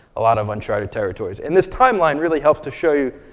a lot of uncharted territories. and this timeline really helps to show you